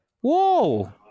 Whoa